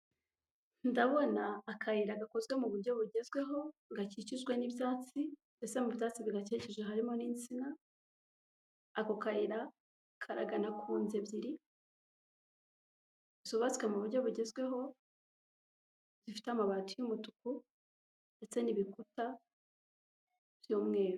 Ndabona akayira gakozwe mu buryo bugezweho gakikijwe n'ibyatsi ndetse mu byatsi bigakikije harimo n'insina, ako kayira karagana kuzu ebyiri zubatswe mu buryo bugezweho zifite amabati y'umutuku ndetse n'ibikuta by'umweru.